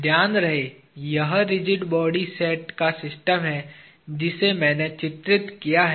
ध्यान रहे यह रिजिड बॉडी सेट का सिस्टम है जिसे मैंने चित्रित किया है